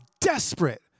desperate